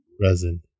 Resin